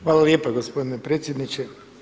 Hvala lijepa gospodine predsjedniče.